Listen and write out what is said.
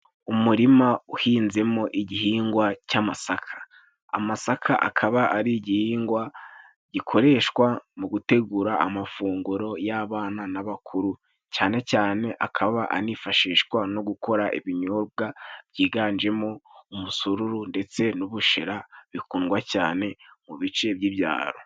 Umurima uhinze mo igihingwa cy'amasaka. Amasaka akaba ari igihingwa gikoreshwa mu gutegura amafunguro y'abana n'abakuru, cyane cyane akaba anifashishwa no gukora ibinyobwa byiganjemo umusururu ndetse n'ubushera, bikundwa cyane mu bice by'ibyaro.